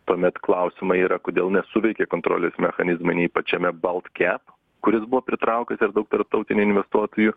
tuomet klausimai yra kodėl nesuveikė kontrolės mechanizmai nei pačiame baltkep kuris buvo pritraukęs ir daug tarptautinių investuotojų